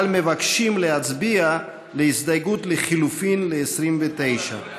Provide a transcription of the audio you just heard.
אבל מבקשים להצביע על הסתייגות לחלופין ל-29.